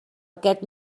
aquest